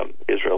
Israel